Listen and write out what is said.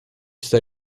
sta